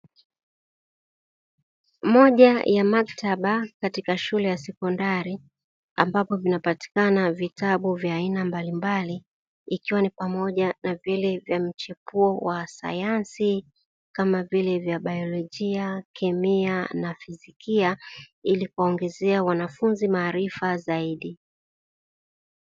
Moja ya maktaba katika shule ya sekondari ambapo vinapatikana vitabu vya aina mbalimbali ikiwa ni pamoja na vile vya mchepuo wa sayansi kama vile vya biolojia, kemia na fizikia ili kuwaongezea wanafunzi maarifa zaidi.